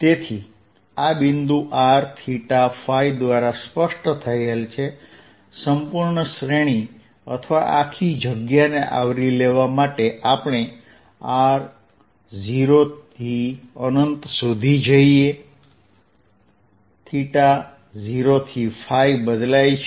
તેથી આ બિંદુ r ϕદ્વારા સ્પષ્ટ થયેલ છે સંપૂર્ણ શ્રેણી અથવા આખી જગ્યાને આવરી લેવા માટે આપણે r 0 થી અનંત સુધી જઈએ 0 થી ㅠ બદલાય છે